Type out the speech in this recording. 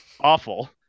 awful